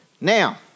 Now